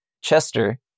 Chester